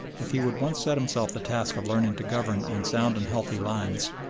if he would once set himself the task of learning to govern on sound and healthy lines,